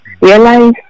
Realize